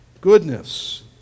Goodness